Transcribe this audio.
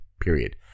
Period